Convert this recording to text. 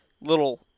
little